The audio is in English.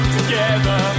together